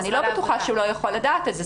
אני לא בטוחה שהוא לא יכול לדעת את זה.